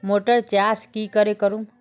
Motor चास की करे करूम?